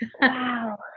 Wow